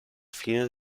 fine